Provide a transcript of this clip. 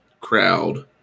crowd